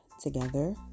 together